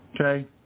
Okay